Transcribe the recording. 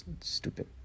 stupid